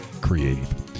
creative